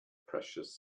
precious